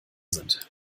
sind